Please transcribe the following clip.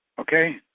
okay